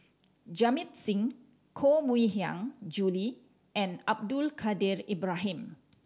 Jamit Singh Koh Mui Hiang Julie and Abdul Kadir Ibrahim